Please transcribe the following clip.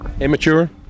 Immature